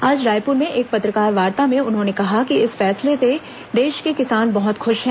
आज रायपुर में एक पत्रकारवार्ता में उन्होंने कहा कि इस फैसले से देश के किसान बहत ख्श हैं